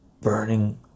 burning